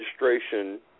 registration